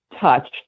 touch